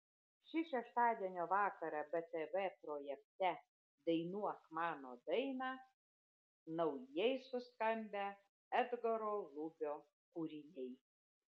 šį šeštadienio vakarą btv projekte dainuok mano dainą naujai suskambę edgaro lubio kūriniai